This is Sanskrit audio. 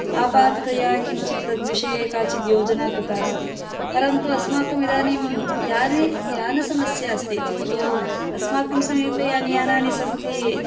आपाततया किञ्चित् तद्विषये काचिद् योजना कृता अस्ति परन्तु अस्माकम् इदानीं याने यानसमस्या अस्ति इत्युक्तौ अस्माकं समीपे यानि यानानि सन्ति